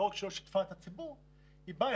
לא רק שהיא לא שיתפה את הציבור אלא היא באה,